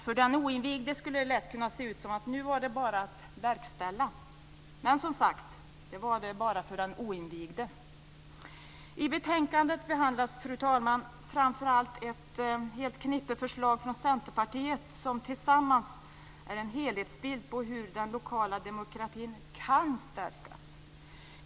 För den oinvigde skulle det lätt kunna se ut som att det nu bara handlade om att verkställa. Men det gällde, som sagt, bara för den oinvigde. I betänkandet behandlas, fru talman, framför allt ett helt knippe förslag från Centerpartiet som tillsammans är en helhetsbild av hur den lokala demokratin kan stärkas.